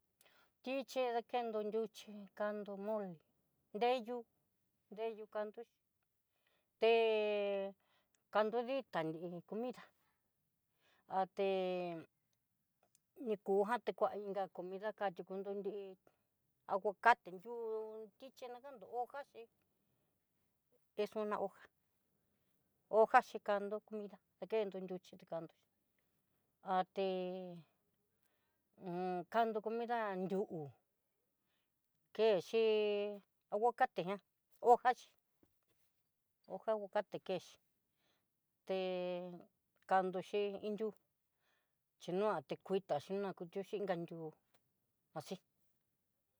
Tichí nakendo nriuchí kando mole, nreyu nreyu kando de kandu ditanrí, comida ni kunja ni kuan inga comida ka tió konro nri aguacate nriú- tichi na kandó hojá xí kexona hoja, hoja xhikando comida tá kendo nriuxhí tikando kando comida nriu'u ké chpi aguacate jian hoja xhi hoja aguacate kenxi é kandu chí iin yú xhinoa tekuita xhina kuichonxi inga ti'ó asi.